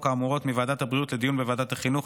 האמורות מוועדת הבריאות לדיון בוועדת החינוך,